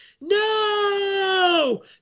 no